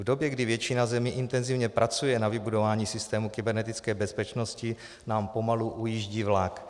V době, kdy většina zemí intenzivně pracuje na vybudování systému kybernetické bezpečnosti, nám pomalu ujíždí vlak.